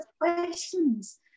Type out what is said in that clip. questions